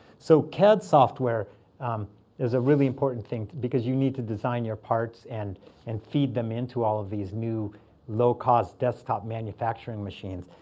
so cad software is a really important thing because you need to design your parts and and feed them into all of these new low-cost desktop manufacturing machines.